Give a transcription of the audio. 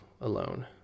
alone